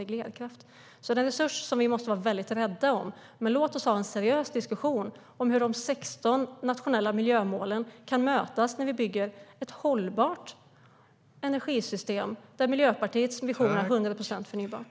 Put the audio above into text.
Det är alltså en resurs vi måste vara väldigt rädda om, men låt oss ha en seriös diskussion om hur de 16 nationella miljömålen kan mötas när vi bygger ett hållbart energisystem! Miljöpartiets vision är 100 procent förnybart.